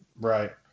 right